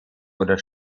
oder